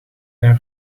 mijn